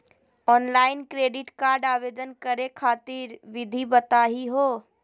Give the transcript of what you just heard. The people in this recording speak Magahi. ऑनलाइन क्रेडिट कार्ड आवेदन करे खातिर विधि बताही हो?